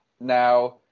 now